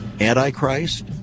Antichrist